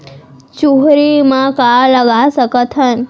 चुहरी म का लगा सकथन?